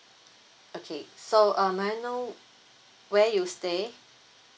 okay so uh may I know where you stay